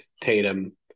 Tatum